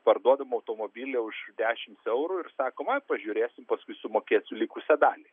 parduodam automobilį už dešimt eurų ir sakom ai pažiūrėsim paskui sumokėsiu likusią dalį